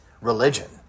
religion